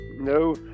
no